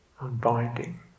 unbinding